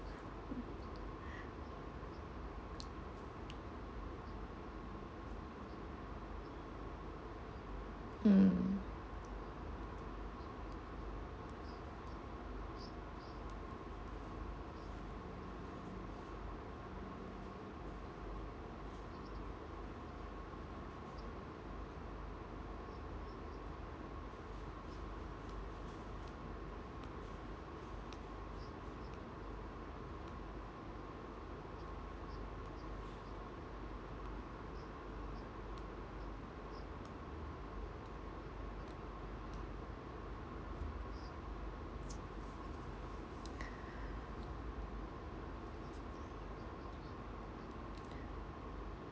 mm